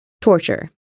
torture